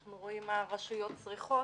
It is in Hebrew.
אנחנו רואים מה הרשויות צריכות,